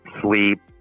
sleep